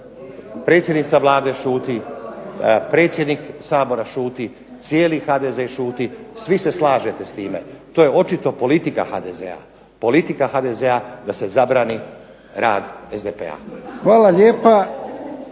Predsjednica Vlade šuti, predsjednik Sabora šuti, cijeli HDZ šuti, svi se slažete s time. To je očito politika HDZ-a, politika HDZ-a da se zabrani rad SDP-a. **Jarnjak,